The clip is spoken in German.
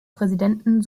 präsidenten